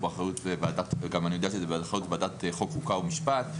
הוא באחריות ועדת החוקה, חוק ומשפט.